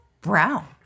brown